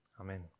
Amen